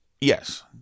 Yes